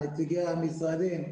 נציגי המשרדים.